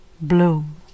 Bloom